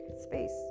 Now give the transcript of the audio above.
space